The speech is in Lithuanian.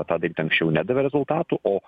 tą daryt anksčiau nedavė rezultatų o